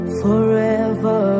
forever